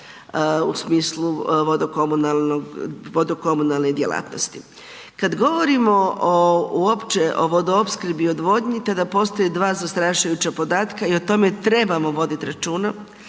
u smislu vodokomunalne djelatnosti. Kad govorimo o uopće o vodoopskrbi i odvodnji te da postoje dva zastrašujuća podatka i o tome trebamo voditi računa